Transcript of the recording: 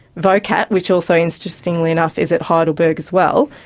vocat, which also interestingly enough is at heidelberg as well,